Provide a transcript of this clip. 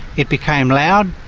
it became loud,